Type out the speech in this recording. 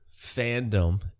fandom